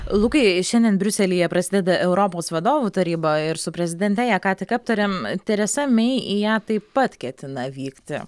lukai šiandien briuselyje prasideda europos vadovų taryba ir su prezidente ją ką tik aptarėm teresa mei į ją taip pat ketina vykti